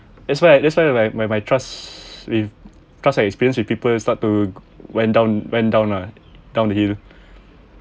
that's why that's why why my my trust with cause my experience with people start to went down went down lah downhill